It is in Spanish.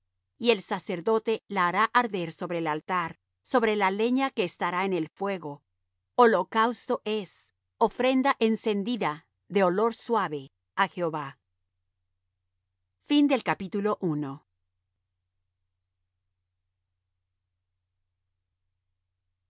y el sacerdote la hará arder sobre el altar sobre la leña que estará en el fuego holocausto es ofrenda encendida de olor suave á jehová y